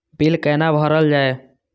Bill कैना भरल जाय?